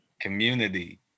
Community